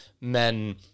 Men